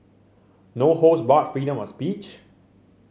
no holds barred freedom of speech